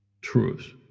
truth